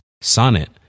Sonnet